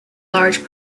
large